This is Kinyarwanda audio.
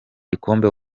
gikombe